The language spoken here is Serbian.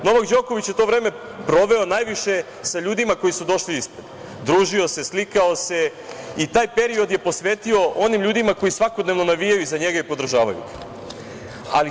Novak Đoković je to vreme proveo najviše sa ljudima koji su došli ispred, družio se, slikao se i taj period je posvetio onim ljudima koji svakodnevno navijaju za njega i podržavaju ga.